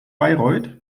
bayreuth